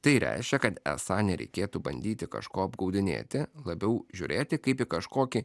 tai reiškia kad esą nereikėtų bandyti kažko apgaudinėti labiau žiūrėti kaip į kažkokį